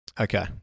Okay